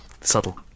Subtle